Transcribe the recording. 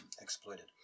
exploited